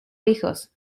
hijos